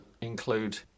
include